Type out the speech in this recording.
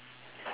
K done